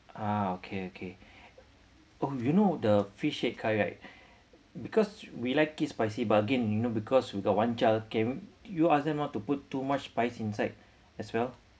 ah okay okay oh you know the fish head curry right because we like it spicy but again you know because we got one child came you ask them not to put too much spice inside as well